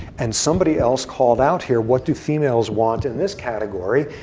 and somebody else called out here, what do females want in this category?